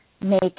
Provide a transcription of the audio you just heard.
make